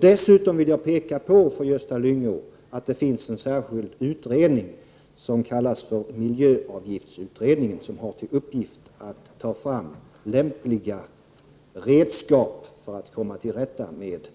Dessutom vill jag för Gösta Lyngå påpeka att en särskild utredning, miljöavgiftsutredningen, har till uppgift att ta fram lämpliga åtgärder för att man skall komma till rätta med